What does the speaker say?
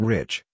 Rich